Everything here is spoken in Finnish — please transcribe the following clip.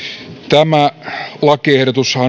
tämä lakiehdotushan